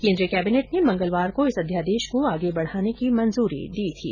केन्द्रीय केबिनेट ने मंगलवार को इस अध्यादेश को आगे बढाने की मंजूरी दी थी